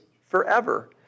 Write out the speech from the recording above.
forever